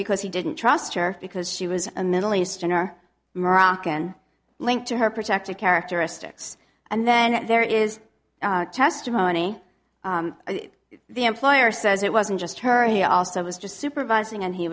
because he didn't trust her because she was a middle easterner moroccan linked to her protector characteristics and then there is testimony the employer says it wasn't just her he also was just supervising and he